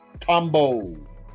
combo